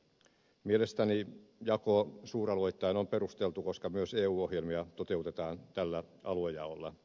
mielestäni jako suuralueittain on perusteltu koska myös eu ohjelmia toteutetaan tällä aluejaolla